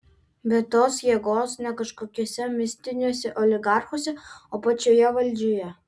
bet tos jėgos ne kažkokiuose mistiniuose oligarchuose o pačioje valdžioje